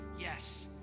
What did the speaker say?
yes